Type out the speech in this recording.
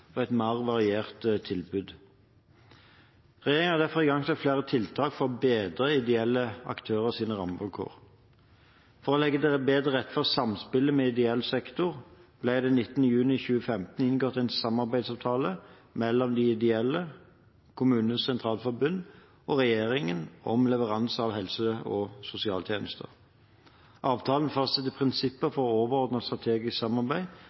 og et mer variert tilbud. Regjeringen har derfor igangsatt flere tiltak for å bedre ideelle aktørers rammevilkår. For å legge bedre til rette for samspillet med ideell sektor ble det den 19. juni 2015 inngått en samarbeidsavtale mellom de ideelle, KS og regjeringen om leveranser av helse- og sosialtjenester. Avtalen fastsetter prinsipper for overordnet strategisk samarbeid